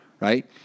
right